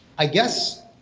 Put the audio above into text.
i guess